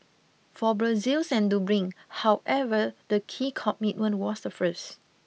for Brussels and Dublin however the key commitment was the first